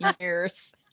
Years